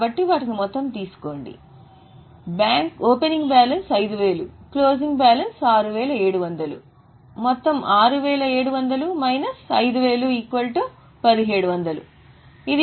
కాబట్టి వాటిని మొత్తం తీసుకోండి కాబట్టి bank opening balance 5000 closing balance 6700 మొత్తం 6700 మైనస్ 5000 1700